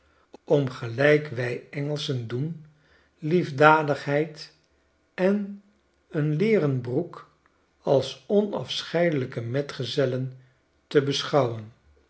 om gelijk wij engelschen doen liefdadigheid en een leeren broek als onafscheidelijke metgezellen te beschouwen